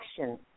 action